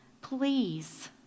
Please